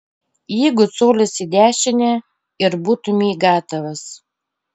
jeigu colis į dešinę ir būtumei gatavas